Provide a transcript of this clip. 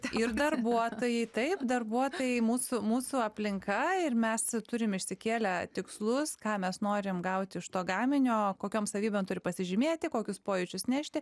ir darbuotojai taip darbuotojai mūsų mūsų aplinka ir mes turim išsikėlę tikslus ką mes norim gauti iš to gaminio kokiom savybėm turi pasižymėti kokius pojūčius nešti